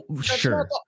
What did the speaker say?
sure